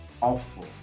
awful